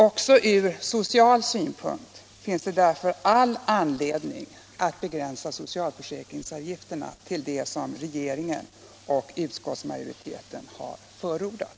Också från social synpunkt finns det därför all anledning att begränsa socialförsäkringsavgifterna på det sätt som regeringen och utskottsmajoriteten har förordat.